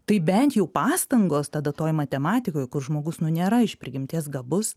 tai bent jau pastangos tada toj matematikoj kur žmogus nu nėra iš prigimties gabus